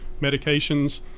medications